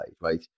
right